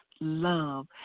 love